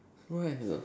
why